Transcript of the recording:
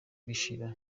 bishira